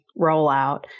rollout